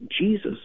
Jesus